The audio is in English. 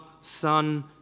Son